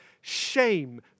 shame